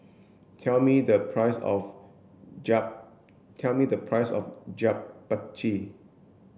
tell me the price of Japchae